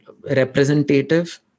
representative